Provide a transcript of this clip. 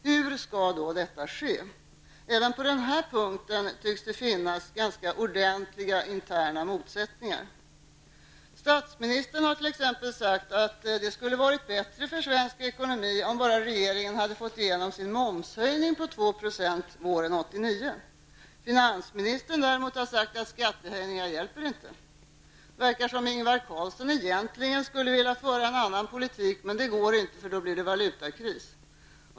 Hur skall då detta ske? Även på denna punkt tycks det finns ganska ordentliga interna motsättningar. Statsministern har t.ex. sagt att det skulle ha varit bättre för svensk ekonomi om bara regeringen hade fått igenom sitt förslag att höja momsen med 2 % våren 1989. Finansministern däremot har sagt att skattehöjningar inte hjälper. Det verkar som om Ingvar Carlsson egentligen skulle vilja föra en annan politik. Men det går inte, för då blir det valutakris.